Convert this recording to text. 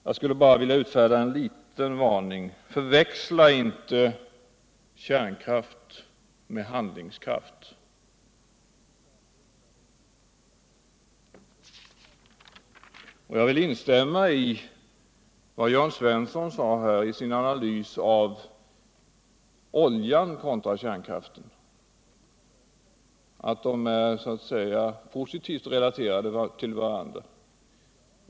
Jag skulle bara vilja utfärda en liten varning: Förväxla inte kärnkraft med handlingskraft! Jag vill instämma i vad Jörn Svensson sade i sin analys av olja kontra kärnkraft, nämligen att de ofta är positivt relaterade till varandra.